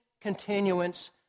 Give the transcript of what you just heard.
continuance